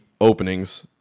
openings